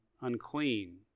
Unclean